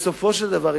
בסופו של דבר,